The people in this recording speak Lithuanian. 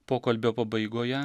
pokalbio pabaigoje